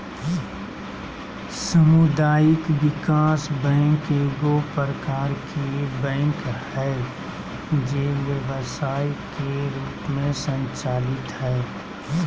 सामुदायिक विकास बैंक एगो प्रकार के बैंक हइ जे व्यवसाय के रूप में संचालित हइ